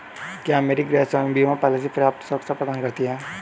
क्या मेरी गृहस्वामी बीमा पॉलिसी पर्याप्त सुरक्षा प्रदान करती है?